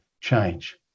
change